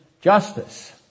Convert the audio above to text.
justice